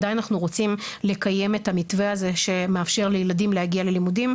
עדיין אנחנו רוצים לקיים את המתווה שמאפשר לילדים להגיע ללימודים,